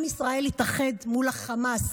עם ישראל התאחד מול החמאס,